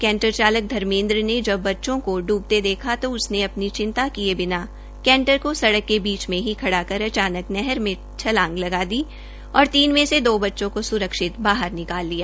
canter चालक धर्मेंद्र ने जब बच्चों को इबते देखा तो उसने अपनी चिंता किए बिना कैंटर को सङक के बीच में ही खड़ा कर अचानक नहर में छलांग लगा दी और तीन में से दो बच्चों को सुरक्षित बाहर निकाल लिया